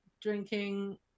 drinking